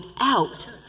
out